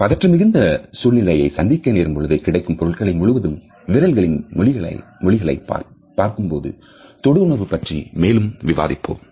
நாம் பதற்றம் மிகுந்த சூழ்நிலை சந்திக்க நேரும் பொழுது கிடைக்கும் பொருளை முழுவதும் விரல்களின் மொழிகளை பார்க்கும்போதும் தொடு உணர்வை பற்றி மேலும் விவாதிப்போம்